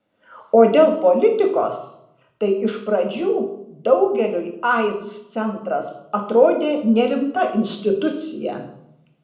o dėl politikos tai iš pradžių daugeliui aids centras atrodė nerimta institucija